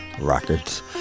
Records